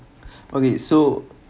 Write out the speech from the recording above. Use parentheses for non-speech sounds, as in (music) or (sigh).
(breath) okay so